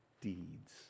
deeds